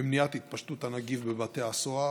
במניעת התפשטות הנגיף בבתי הסוהר,